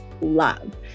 love